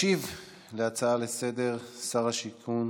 ישיב על ההצעה לסדר-היום שר השיכון